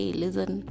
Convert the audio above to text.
listen